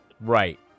Right